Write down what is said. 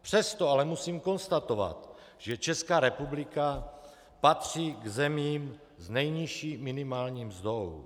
Přesto ale musím konstatovat, že Česká republika patří k zemím s nejnižší minimální mzdou.